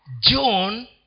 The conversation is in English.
John